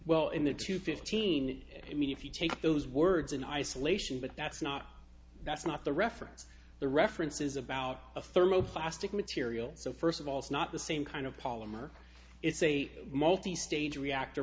well in the two fifteen i mean if you take those words in isolation but that's not that's not the reference the references about a thermo plastic material so first of all it's not the same kind of polymer it's a multi stage reactor